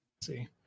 See